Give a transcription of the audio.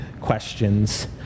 questions